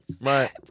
Right